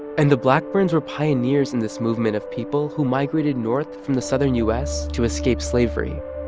and the blackburns were pioneers in this movement of people who migrated north from the southern u s. to escape slavery